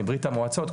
מברית המועצות,